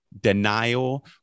denial